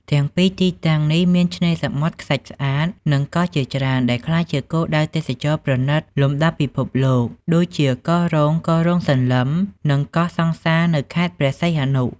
ទាំងពីរទីតាំងនេះមានឆ្នេរសមុទ្រខ្សាច់ស្អាត និងកោះជាច្រើន ដែលក្លាយជាគោលដៅទេសចរណ៍ប្រណិតលំដាប់ពិភពលោក ដូចជា កោះរ៉ុង កោះរ៉ុងសន្លឹម និង កោះសង្សារនៅខេត្តព្រះសីហនុ។